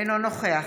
אינו נוכח